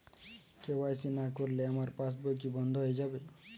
KYC না করলে আমার পাশ বই কি বন্ধ হয়ে যাবে?